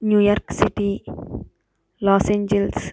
New York City Los Angeles